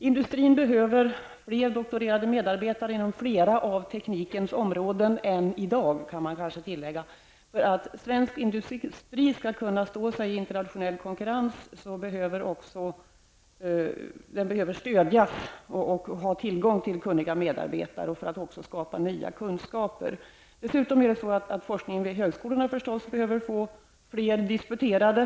Industrin behöver fler doktorerade medarbetare inom fler av teknikens områden än i dag. För att svensk industri skall kunna stå sig i internationell konkurrens behövs nya kunskaper. Forskningen vid högskolorna behöver också få fler disputerade.